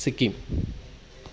Sikkim